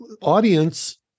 audience